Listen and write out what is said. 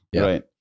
Right